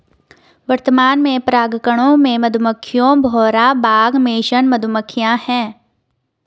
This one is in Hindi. वर्तमान में परागणकों में मधुमक्खियां, भौरा, बाग मेसन मधुमक्खियाँ है